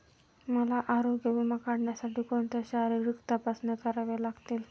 मला आरोग्य विमा काढण्यासाठी कोणत्या शारीरिक तपासण्या कराव्या लागतील?